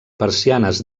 persianes